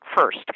first